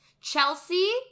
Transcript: Chelsea